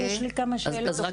יש לי כמה שאלות.